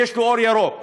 יש לו אור ירוק,